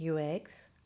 UX